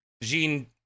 Jean